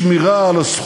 החשמונאים, את חג